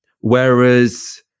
whereas